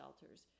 shelters